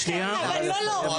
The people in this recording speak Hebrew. תקשיבו,